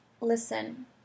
listen